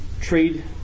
trade